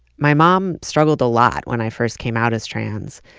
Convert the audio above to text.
my mom struggled a lot when i first came out as trans.